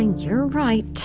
you're right.